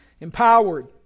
empowered